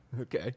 Okay